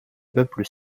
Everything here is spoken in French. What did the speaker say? peuples